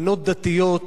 בנות דתיות,